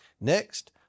Next